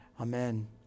Amen